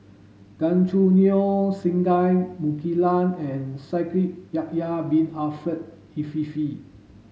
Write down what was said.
Gan Choo Neo Singai Mukilan and Shaikh Yahya bin Ahmed Afifi